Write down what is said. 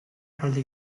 talde